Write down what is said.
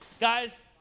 guys